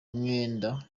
mwenda